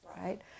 right